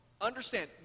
understand